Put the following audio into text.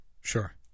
Sure